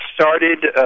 started